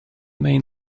main